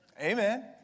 Amen